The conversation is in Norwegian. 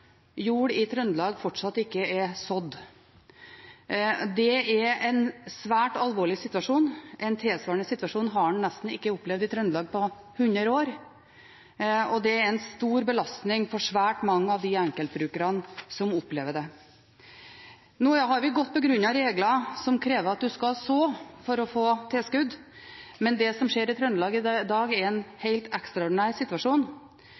jord i Trøndelag fortsatt ikke er sådd. Det er en svært alvorlig situasjon, en tilsvarende situasjon har man ikke opplevd i Trøndelag på nesten hundre år, og det er en stor belastning for svært mange av de enkeltbrukerne som opplever det. Nå har vi godt begrunnede regler som krever at man skal så for å få tilskudd, men det som skjer i Trøndelag i dag, er en helt ekstraordinær situasjon,